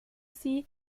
sie